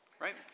Right